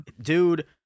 Dude